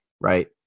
right